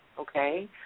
okay